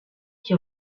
qui